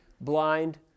blind